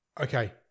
Okay